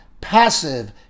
passive